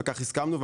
הסכמנו לכך,